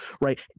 right